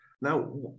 Now